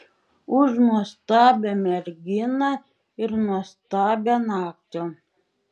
už nuostabią merginą ir nuostabią naktį